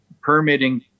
permitting